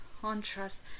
contrast